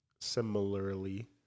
Similarly